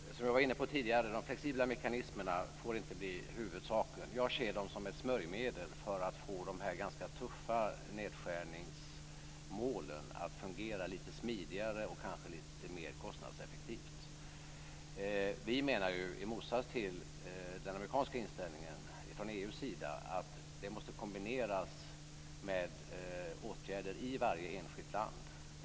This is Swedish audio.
Fru talman! Som jag var inne på tidigare får inte de flexibla mekanismerna bli huvudsaken. Jag ser dem som ett smörjmedel för att få de ganska tuffa nedskärningsmålen att fungera lite smidigare och kanske lite mer kostnadseffektivt. Vi menar från EU:s sida, i motsats till den amerikanska inställningen, att det måste kombineras med åtgärder i varje enskilt land.